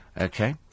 Okay